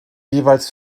jeweils